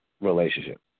relationship